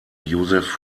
josef